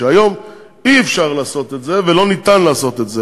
שהיום אי-אפשר לעשות אותו ולא ניתן לעשות אותו.